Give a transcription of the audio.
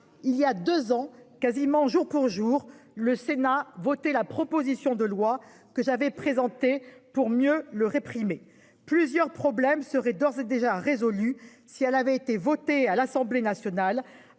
Il y a 2 ans, quasiment jour pour jour, le Sénat a voté la proposition de loi que j'avais présenté pour mieux le réprimer plusieurs problèmes seraient d'ores et déjà résolu si elle avait été votée à l'Assemblée nationale